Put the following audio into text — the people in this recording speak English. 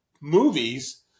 movies